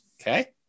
Okay